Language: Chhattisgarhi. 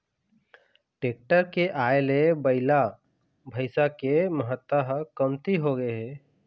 टेक्टर के आए ले बइला, भइसा के महत्ता ह कमती होगे हे